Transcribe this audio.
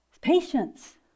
patience